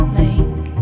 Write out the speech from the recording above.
lake